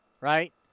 Right